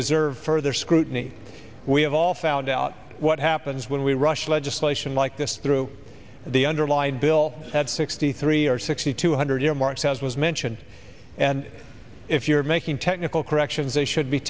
deserve further scrutiny we have all found out what happens when we rush legislation like this through the underlying bill said sixty three or sixty two hundred earmarks as was mentioned and if you're making technical corrections they should be